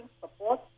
support